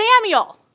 Samuel